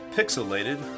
Pixelated